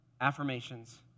affirmations